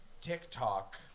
TikTok